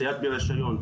צייד ברישיון,